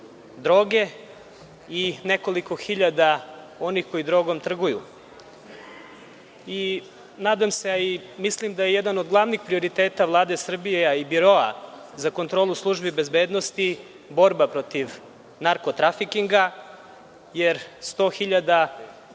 droge i nekoliko hiljada onih koji drogom trguju. Nadam se i mislim da je jedan od glavnih prioriteta Vlade Srbije, a i Biroa za kontrolu službi bezbednosti borba protiv narkotrafikinga, jer 100.000